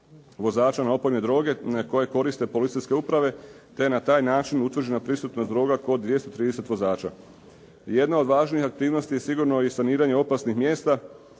vozača na opojne droge koje koriste policijske uprave te je na taj način utvrđena prisutnost droga kod 230 vozača. Jedna od važnijih aktivnosti je sigurno i saniranje opasnih mjesta